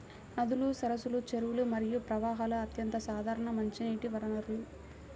నదులు, సరస్సులు, చెరువులు మరియు ప్రవాహాలు అత్యంత సాధారణ మంచినీటి వనరులు